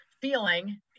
feeling